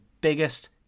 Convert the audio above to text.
biggest